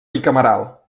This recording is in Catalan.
bicameral